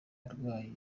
arwaye